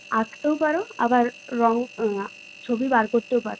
আঁকতেও পারো আবার রঙ ছবি বার করতেও পারো